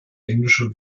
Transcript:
englische